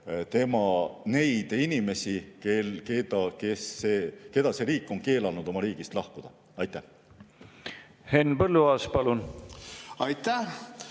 neid inimesi, kellel see riik on keelanud oma riigist lahkuda. Aitäh,